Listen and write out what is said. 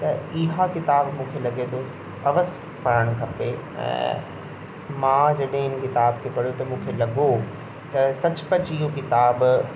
त इहा किताबु मूंखे लॻे थो अवसि पढ़णु खपे ऐं मां जॾहिं इन किताब खे पढ़ियो त मूंखे लॻो त सचपचु इहो किताबु